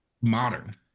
modern